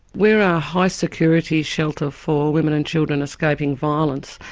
we're a high security shelter for women and children escaping violence.